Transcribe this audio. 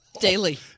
daily